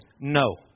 No